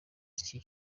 z’iki